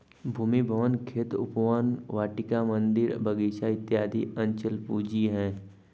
भूमि, भवन, खेत, उपवन, वाटिका, मन्दिर, बगीचा इत्यादि अचल पूंजी है